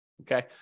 Okay